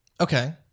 Okay